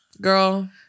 girl